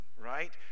right